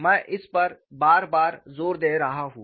मैं इस पर बार बार जोर दे रहा हूं